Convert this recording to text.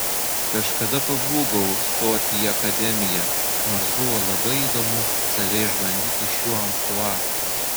kažkada pabūgau stoti į akademiją nors buvo labai įdomu save išbandyti šiuo amplua